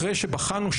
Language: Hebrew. אחרי שבחנו,